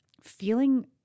feeling